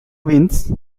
wins